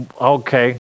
okay